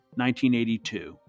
1982